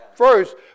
First